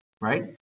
Right